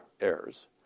errors